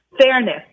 fairness